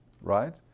right